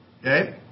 Okay